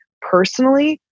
personally